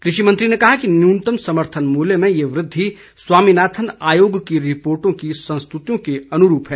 कृषिमंत्री ने कहा कि न्यूनतम समर्थन मूल्य में यह वृद्धि स्वामीनाथन आयोग की रिपोर्टों की संस्तुतियों के अनुरूप है